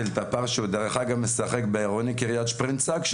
שדרך אגב הוא משחק בעירוני קריית שפרינצק,